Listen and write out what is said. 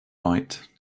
bite